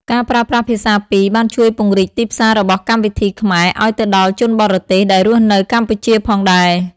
ការប្រើប្រាស់ភាសាពីរបានជួយពង្រីកទីផ្សាររបស់កម្មវិធីខ្មែរឱ្យទៅដល់ជនបរទេសដែលរស់នៅកម្ពុជាផងដែរ។